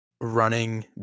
running